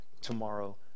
tomorrow